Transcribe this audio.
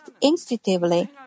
instinctively